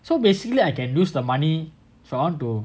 so basically I can use the money if I want to